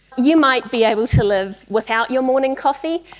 you might be able to live without your morning coffee,